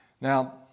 Now